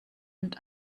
und